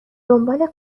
دنبال